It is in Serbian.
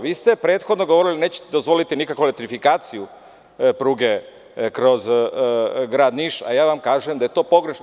Vi ste prethodno govorili da nećete dozvoliti nikakvu elektrifikaciju pruge kroz grad Niš, a ja vam kažem da je to pogrešno.